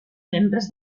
membres